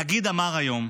הנגיד אמר היום,